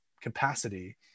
capacity